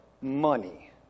money